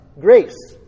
grace